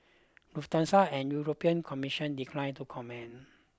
Lufthansa and the European Commission declined to comment